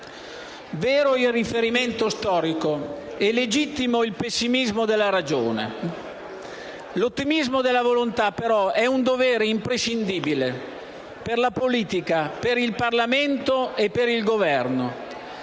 Vero è il riferimento storico, e legittimo il pessimismo della ragione. L'ottimismo della volontà però è un dovere imprescindibile per la politica, per il Parlamento e per il Governo.